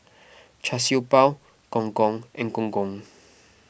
Char Siew Bao Gong Gong and Gong Gong